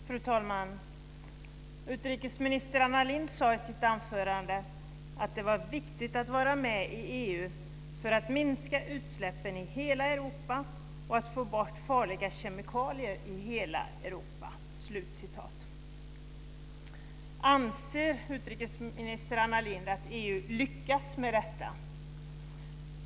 Fru talman! Utrikesminister Anna Lindh sade i sitt anförande att det var viktigt att vara med i EU för att minska utsläppen i hela Europa och att få bort farliga kemikalier i hela Europa. Anser utrikesminister Anna Lindh att EU lyckas med detta?